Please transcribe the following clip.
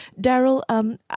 Daryl